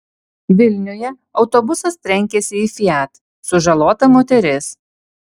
vilniuje autobusas trenkėsi į fiat sužalota moteris